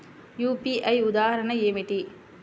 UPI ఉదాహరణ ఏమిటి?